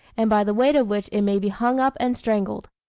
and by the weight of which it may be hung up and strangled.